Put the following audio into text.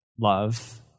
love